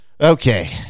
Okay